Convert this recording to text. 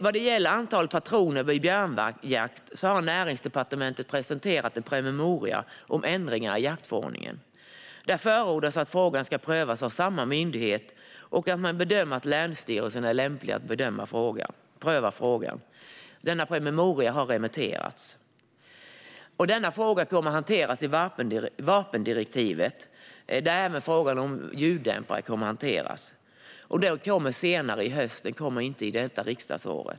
Vad gäller antal patroner vid björnjakt har Näringsdepartementet presenterat en promemoria om ändringar i jaktförordningen. Där förordas att frågan ska prövas av samma myndighet, och man anser att länsstyrelsen är lämplig att pröva frågan. Promemorian har remitterats. Frågan kommer att hanteras i vapendirektivet, där även frågan om ljuddämpare kommer att tas upp. Direktivet kommer att behandlas senare i höst, inte under detta riksdagsår.